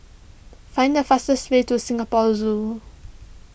find the fastest way to Singapore Zoo